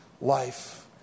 life